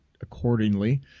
accordingly